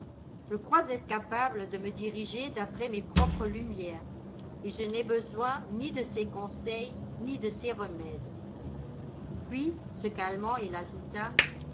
je crois être capable de me diriger d'après mes propres lumières et je n'ai besoin ni de ses conseils ni de ses remèdes puis se calmant il ajouta